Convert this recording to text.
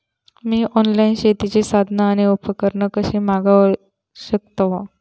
मी online शेतीची साधना आणि उपकरणा कशी मागव शकतय?